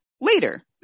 later